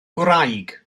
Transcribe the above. gwraig